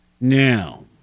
Now